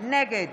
נגד